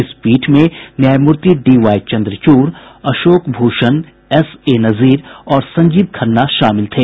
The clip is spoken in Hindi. इस पीठ में न्यायामूर्ति D Y Chandrachud Ashok Bhushan SA Nazeer और संजीव खन्ना शामिल थे